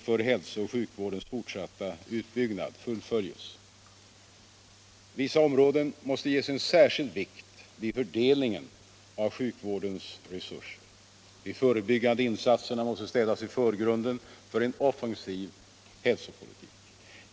för hälsooch sjukvårdens fortsatta utbyggnad fullföljs. Vissa områden måste ges en särskild vikt vid fördelningen av sjukvårdens resurser. De förebyggande insatserna måste ställas i förgrunden för en offensiv hälsopolitik.